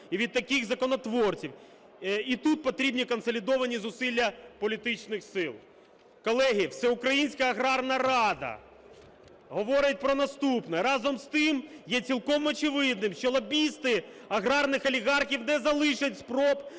і від таких законотворців. І тут потрібні консолідовані зусилля політичних сил". Колеги, Всеукраїнська аграрна рада говорить про наступне. "Разом з тим, є цілком очевидним, що лобісти аграрних олігархів не залишать спроб